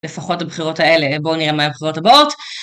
לפחות הבחירות האלה. בואו נראה מה הבחירות הבאות.